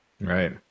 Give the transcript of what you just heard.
Right